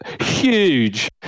Huge